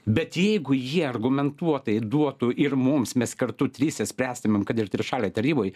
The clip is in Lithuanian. bet jeigu jie argumentuotai duotų ir mums mes kartu tryse spręstumėm kad ir trišalėj taryboj